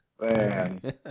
Man